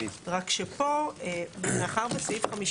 אך מאחר ש-52